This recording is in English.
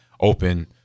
open –